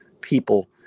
people